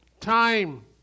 time